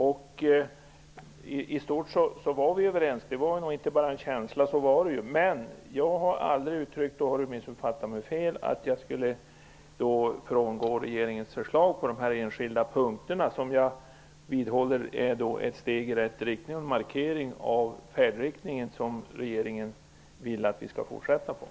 I stort var vi överens. Det var nog inte bara en känsla utan så var det. Men jag har aldrig uttryckt -- i så fall har Hans Dau missuppfattat mig -- att jag skulle frångå regeringens förslag på de enskilda punkter som jag vidhåller är ett steg i rätt riktning och en markering av den färdriktning som regeringen vill att vi skall fortsätta i.